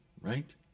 Right